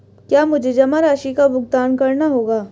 क्या मुझे जमा राशि का भुगतान करना होगा?